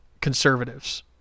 conservatives